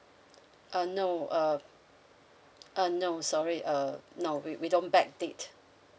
uh no uh uh no sorry uh no we we don't backdate